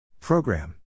Program